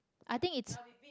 I think it's